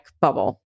bubble